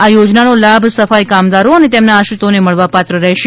આ યોજનાનો લાભ સફાઇ કામદારો અને તેમના આશ્રિતોને મળવાપાત્ર રહેશે